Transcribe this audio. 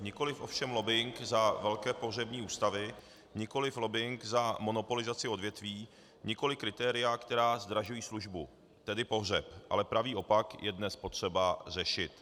Nikoliv ovšem lobbing za velké pohřební ústavy, nikoliv lobbing za monopolizaci odvětví, nikoliv kritéria, která zdražují službu, tedy pohřeb, ale pravý opak je dnes potřeba řešit.